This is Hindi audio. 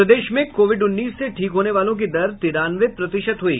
और प्रदेश में कोविड उन्नीस से ठीक होने वालों की दर तिरानवे प्रतिशत हुई